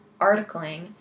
articling